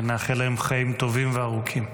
נאחל להם חיים טובים וארוכים.